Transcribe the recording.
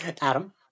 Adam